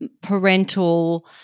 parental